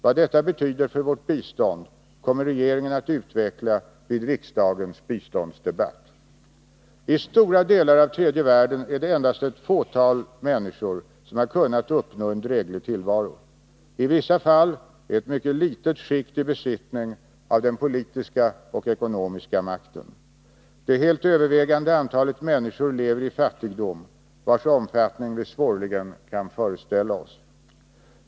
Vad detta betyder för vårt bistånd kommer regeringen att utveckla i riksdagens biståndsdebatt. I stora delar av tredje världen är det endast ett fåtal människor som har kunnat uppnå en dräglig tillvaro. I vissa fall är ett mycket litet skikt i besittning av den politiska och ekonomiska makten. Det helt övervägande antalet människor lever i fattigdom, vars omfattning vi svårligen kan föreställa oss.